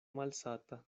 malsata